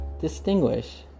distinguish